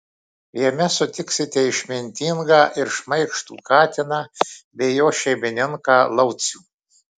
jame sutiksite išmintingą ir šmaikštų katiną bei jo šeimininką laucių